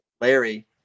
Larry